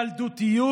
ילדותיות,